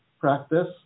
practice